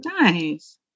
nice